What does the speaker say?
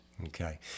okay